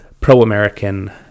pro-American